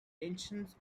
tensions